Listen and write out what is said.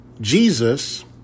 Jesus